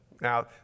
Now